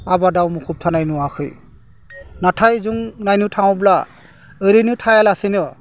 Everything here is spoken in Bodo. आबादाव मुखुब थानाय नुवाखै नाथाय जों नायनो थाङोब्ला ओरैनो थायालासेनो